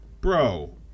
bro